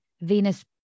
Venus